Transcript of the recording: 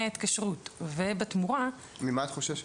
ההתקשרות ובתמורה --- ממה את חוששת?